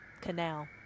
canal